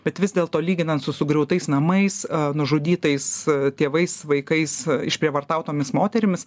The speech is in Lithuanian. bet vis dėlto lyginant su sugriautais namais nužudytais tėvais vaikais išprievartautomis moterimis